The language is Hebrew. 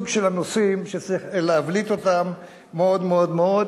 זה מסוג הנושאים שצריך להבליט מאוד מאוד מאוד.